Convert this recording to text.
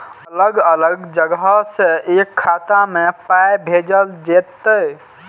अलग अलग जगह से एक खाता मे पाय भैजल जेततै?